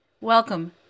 Welcome